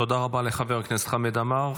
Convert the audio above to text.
תודה רבה לחבר הכנסת חמד עמאר.